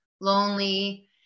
lonely